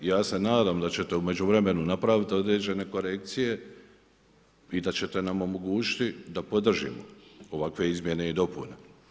Ja se nadam da ćete u međuvremenu napraviti određene korekcije i da ćete nam omogućiti da podržimo ovakve izmjene i dopune.